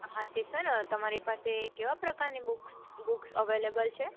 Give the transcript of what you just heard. હાં તે સર તમારી પાસે કેવા પ્રકારની બુક બુક્સ અવેલેબલ છે